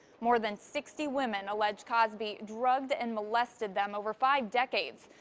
more than sixty women alleged cosby drugged and molested them over five decades.